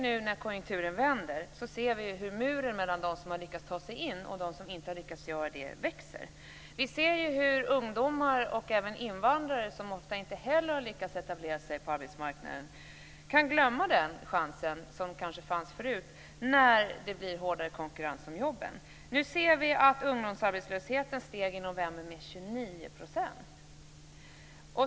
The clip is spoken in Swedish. Nu när konjunkturen vänder så ser vi hur muren mellan dem som har lyckats ta sig in och dem som inte har lyckats göra det växer. Vi ser hur ungdomar och även invandrare, som ofta inte heller har lyckats etablera sig på arbetsmarknaden, kan glömma den chans som kanske fanns förut när det blir hårdare konkurrens om jobben. Nu ser vi att ungdomsarbetslösheten steg i november med 29 %.